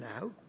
now